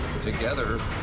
together